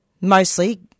mostly